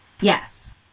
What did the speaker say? yes